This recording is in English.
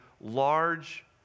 large